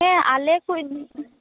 ᱦᱮᱸ ᱟᱞᱮᱠᱩᱡ